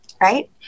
Right